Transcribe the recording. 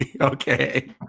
Okay